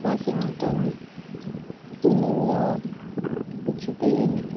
Washington New York Jubail